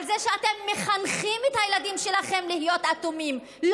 על זה שאתם מחנכים את הילדים שלכם להיות אטומים.